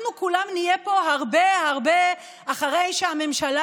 אנחנו כולם נהיה פה הרבה הרבה אחרי שהממשלה